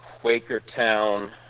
Quakertown